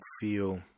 feel